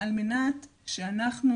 על מנת שאנחנו